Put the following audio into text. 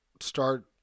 start